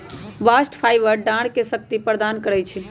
bast fibre डांरके शक्ति प्रदान करइ छै